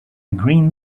green